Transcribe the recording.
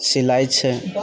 सिलाइ छै